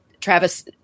Travis